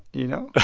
you know?